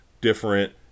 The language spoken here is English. different